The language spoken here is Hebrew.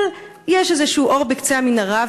אבל יש איזשהו אור בקצה המנהרה.